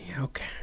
Okay